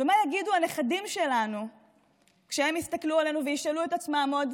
ומה יגידו הנכדים שלנו כשהם יסתכלו עלינו וישאלו את עצמם עוד